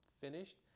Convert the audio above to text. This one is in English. finished